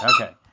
Okay